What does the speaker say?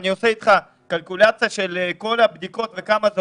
אם אני אשב ואעשה אתך חישוב של כל הבדיקות ומהי